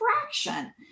fraction